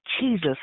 Jesus